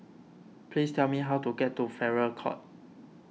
please tell me how to get to Farrer Court